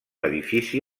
edifici